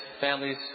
families